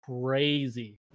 crazy